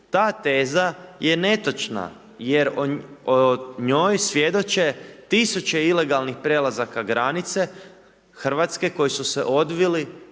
Ta teza je netočna jer o njoj svjedoče tisuće ilegalnih prelazaka granice RH koji su se odvili